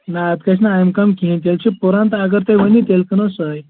نہ اَتھ گَژھِ نہٕ اَمہِ کم کینٛہہ تیٚلہِ چھِ پُرن تہٕ اَگر تُہۍ ؤنِو تیٚلِہ کٕنَو سۄے